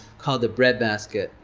called the breadbasket,